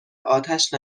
آتش